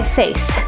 faith